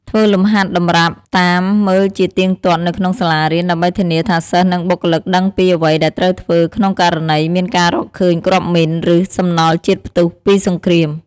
ធ្វើលំហាត់តម្រាប់អោយមើលជាទៀងទាត់នៅក្នុងសាលារៀន ដើម្បីធានាថាសិស្ស និងបុគ្គលិកដឹងពីអ្វីដែលត្រូវធ្វើក្នុងករណីមានការរកឃើញគ្រាប់មីន ឬ សំណល់ជាតិផ្ទុះពីសង្គ្រាម ។